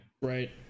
Right